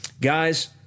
Guys